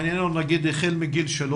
לענייננו נגיד החל מגיל 3